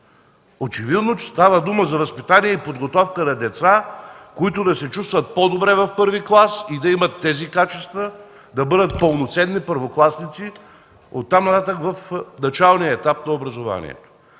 Очевидно е, че става дума за възпитание и подготовка на деца, които да се чувстват по-добре в първи клас и да имат тези качества, да бъдат пълноценни първокласници оттам нататък в началния етап на образованието.